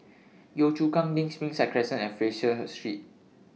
Yio Chu Kang LINK Springside Crescent and Fraser Street